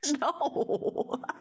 No